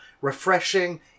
refreshing